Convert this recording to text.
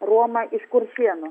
ruoma iš kuršėnų